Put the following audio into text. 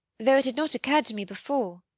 though it had not occurred to me before.